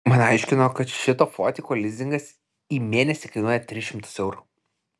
man aiškino kad šito fotiko lizingas į mėnesį kainuoja tris šimtus eurų